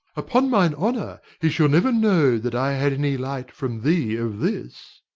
upon mine honour, he shall never know that i had any light from thee of this.